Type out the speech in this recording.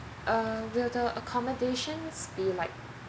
uh will the accommodations be like